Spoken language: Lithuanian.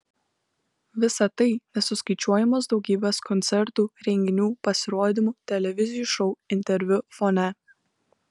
visa tai nesuskaičiuojamos daugybės koncertų renginių pasirodymų televizijų šou interviu fone